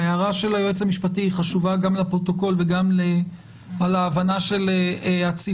ההערה של היועץ המשפטי היא חשובה גם לפרוטוקול וגם להבנה של הציבור,